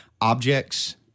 objects